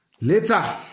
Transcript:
Later